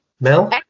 Mel